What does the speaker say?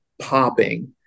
popping